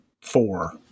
Four